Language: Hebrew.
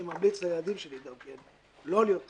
אני ממליץ לילדים שלי גם כן לא להיות חקלאים.